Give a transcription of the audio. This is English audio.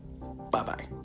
bye-bye